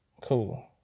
Cool